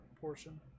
portion